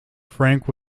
frank